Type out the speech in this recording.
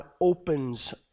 opens